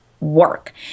work